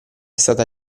stata